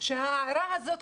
שההערה הזאת,